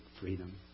freedom